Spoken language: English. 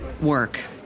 work